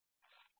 y z x